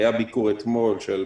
היה ביקור אתמול של פרופ'